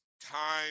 time